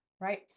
right